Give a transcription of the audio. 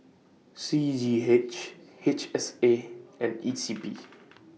C G H H S A and E C P